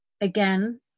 again